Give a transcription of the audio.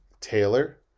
Taylor